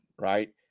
right